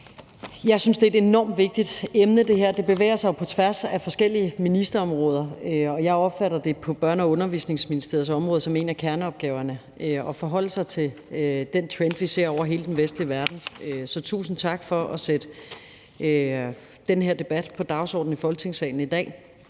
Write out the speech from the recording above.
Jeg synes, det her er et enormt vigtigt emne, og det bevæger sig jo på tværs af forskellige ministerområder, og jeg opfatter det på Børne- og Undervisningsministeriets område som en af kerneopgaverne at forholde sig til den trend, som vi ser over hele den vestlige verden. Så tusind tak for at sætte den her debat på dagsordenen i Folketingssalen i dag.